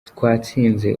twatsinze